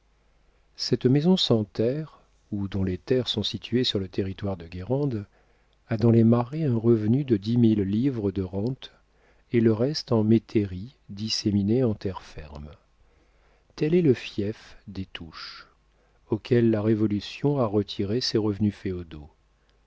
cette maison sans terres ou dont les terres sont situées sur le territoire de guérande a dans les marais un revenu de dix mille livres de rentes et le reste en métairies disséminées en terre ferme tel est le fief des touches auquel la révolution a retiré ses revenus